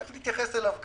תיכף נתייחס אליו גם.